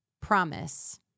promise